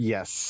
Yes